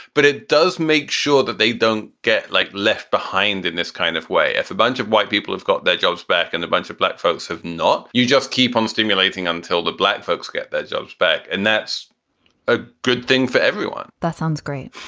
but it does make sure that they don't get like left behind in this kind of way. if a bunch of white people have got their jobs back and a bunch of black folks have not, you just keep on stimulating until the black folks get their jobs back. and that's a good thing for everyone that sounds great